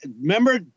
remember